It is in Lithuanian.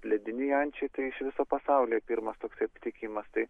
ledinei ančiai tai iš viso pasaulyje pirmas toks aptikimas tai